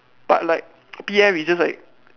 but like P_F is just like